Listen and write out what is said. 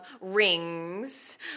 rings